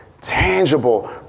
tangible